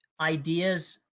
ideas